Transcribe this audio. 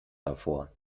davor